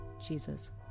Jesus